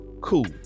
Cool